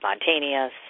spontaneous